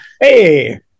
hey